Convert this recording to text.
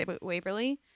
Waverly